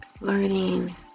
learning